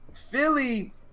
Philly